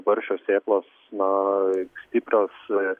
barščio sėklos na stiprios